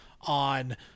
on